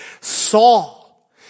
Saul